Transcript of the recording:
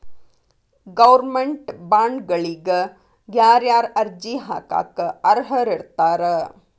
Government ಬಾಂಡ್ಗಳಿಗ ಯಾರ್ಯಾರ ಅರ್ಜಿ ಹಾಕಾಕ ಅರ್ಹರಿರ್ತಾರ?